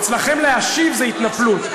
אצלכם להשיב זו התנפלות.